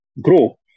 grow